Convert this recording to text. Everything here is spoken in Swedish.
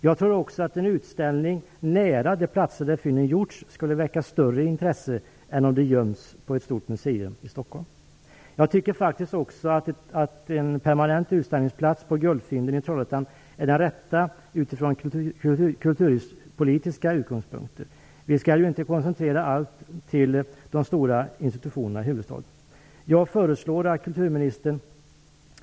Jag tror att en utställning nära de platser där fynden gjorts skulle väcka större intresse än om de göms på ett stort museum i Stockholm. Jag tycker också att en permanent utställningsplats för guldfynden i Trollhättan är den rätta, från kulturhistoriska utgångspunkter. Vi skall inte koncentrera allt till de stora institutionerna i huvudstaden.